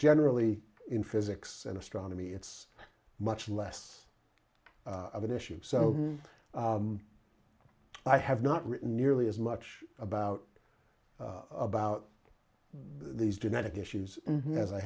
generally in physics and astronomy it's much less of an issue so i have not written nearly as much about about these genetic issues as i